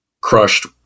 crushed